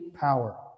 power